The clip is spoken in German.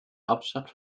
hauptstadt